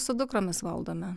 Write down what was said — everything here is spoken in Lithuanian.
su dukromis valdome